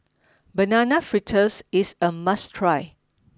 Banana Fritters is a must try